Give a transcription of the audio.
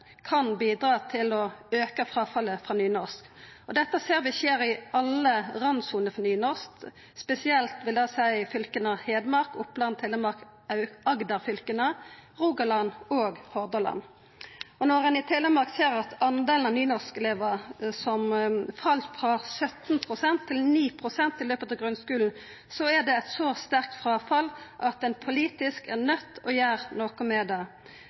kan bidra til å auka fråfallet frå nynorsk. Dette ser vi skjer i alle randsoner for nynorsk, spesielt i fylka Hedmark, Oppland, Telemark, Agder-fylka, Rogaland og Hordaland. Når ein i Telemark ser at delen av nynorskelevar fall frå 70 pst. til 9 pst. i løpet av grunnskulen, er det eit så sterkt fråfall at ein politisk er nøydd til å gjera noko med det.